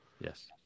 Yes